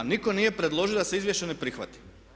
A nitko nije predložio da se izvješće ne prihvati.